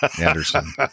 Anderson